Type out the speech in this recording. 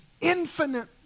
infinite